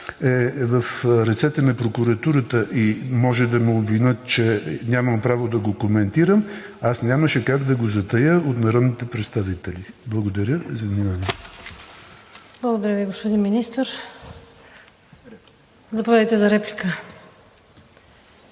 е в ръцете на прокуратурата и може да ме обвинят, че нямам право да го коментирам, аз нямаше как да го затая от народните представители. Благодаря за вниманието. ПРЕДСЕДАТЕЛ ВИКТОРИЯ ВАСИЛЕВА: Благодаря Ви, господин Министър. Заповядайте за реплика.